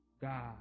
God